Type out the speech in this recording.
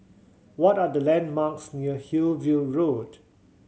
what are the landmarks near Hillview Road